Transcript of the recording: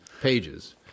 Pages